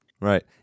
Right